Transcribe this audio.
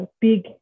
big